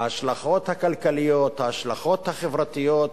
ההשלכות הכלכליות, ההשלכות החברתיות.